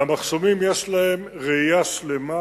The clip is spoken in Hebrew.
והמחסומים, יש להם ראייה שלמה.